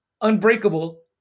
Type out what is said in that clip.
Unbreakable